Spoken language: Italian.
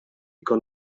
con